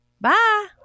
Bye